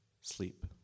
sleep